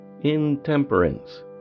intemperance